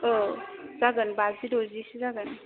औ जागोन बाजि दजिसो जागोन